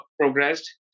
progressed